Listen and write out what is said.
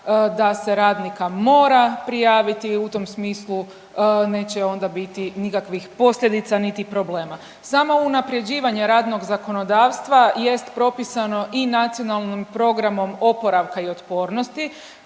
da se radnika mora prijaviti i u tom smislu neće onda biti nikakvih posljedica, niti problema. Samo unaprjeđivanje radnog zakonodavstva jest propisano i NPOO-om kroz izmjene triju zakona,